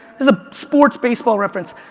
it's a sports baseball reference.